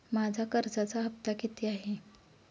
माझा कर्जाचा हफ्ता किती आहे?